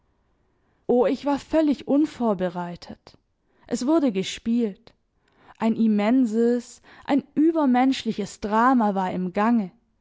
oh ich war völlig unvorbereitet es wurde gespielt ein immenses ein übermenschliches drama war im gange